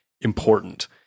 important